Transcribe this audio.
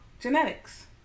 Genetics